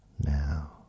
now